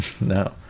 No